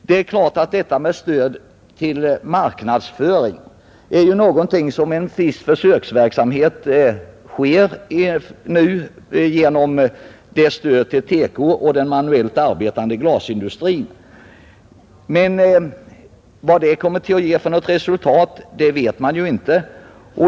Det är klart att det i fråga om stödet till marknadsföring nu sker en tids försöksverksamhet genom det stöd som utgår till TEKO industrin och den manuellt arbetande glasindustrin. Men vad det kommer att ge för resultat vet man inte.